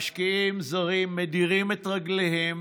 משקיעים זרים מדירים את רגליהם